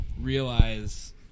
realize